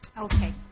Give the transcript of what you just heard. Okay